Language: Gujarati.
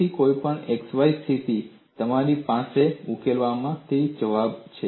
તેથી કોઈપણ x y સ્થિતિ તમારી પાસે ઉકેલમાંથી જવાબ છે